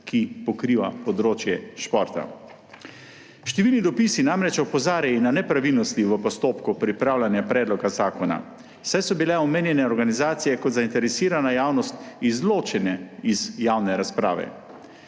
ki pokriva področje športa. Številni dopisi namreč opozarjajo na nepravilnosti v postopku pripravljanja predloga zakona, saj so bile omenjene organizacije kot zainteresirana javnost izločene iz javne razprave.